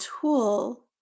tool